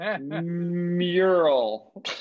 Mural